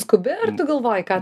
skubi ar tu galvoji ką